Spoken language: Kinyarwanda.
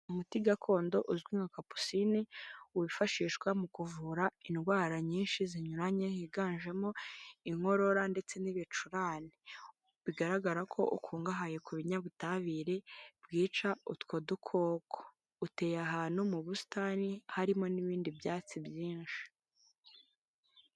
Umuti gakondo uzwi nka kapusine wifashishwa mu kuvura indwara nyinshi zinyuranye, higanjemo inkorora ndetse n'ibicurane. Bigaragara ko ukungahaye ku binyabutabire bwica utwo dukoko, uteye ahantu mu busitani harimo n'ibindi byatsi byinshi.